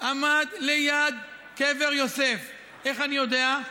ליד קבר יוסף, איך אני יודע?